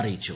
അറിയിച്ചു